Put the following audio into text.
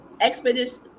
expedition